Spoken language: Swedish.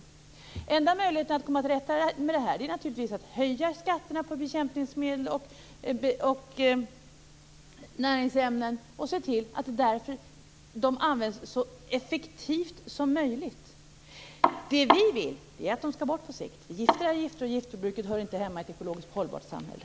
Den enda möjligheten att komma till rätta med det här är naturligtvis att höja skatterna på bekämpningsmedel och näringsämnen och se till att de används så effektivt som möjligt. Det vi vill är att de skall bort på sikt. Gifter är gifter, och gifter hör inte hemma i ett ekologiskt hållbart samhälle.